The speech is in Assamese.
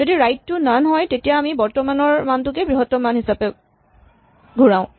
যদি ৰাইট টো নন হয় তেতিয়া আমি বৰ্তমানৰ মানটো বৃহত্তম মান হিচাপে ঘূৰাও